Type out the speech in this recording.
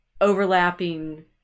overlapping